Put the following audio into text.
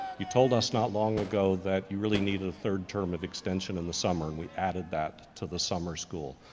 you told us not long ago that you really needed a third term of extension in the summer, and we added that to the summer school.